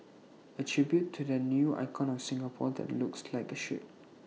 A tribute to the new icon of Singapore that looks like A ship